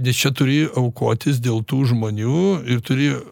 nes čia turi aukotis dėl tų žmonių ir turi